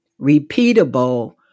repeatable